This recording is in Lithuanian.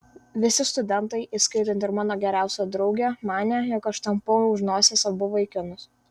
visi studentai įskaitant ir mano geriausią draugę manė jog aš tampau už nosies abu vaikinus